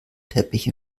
teppich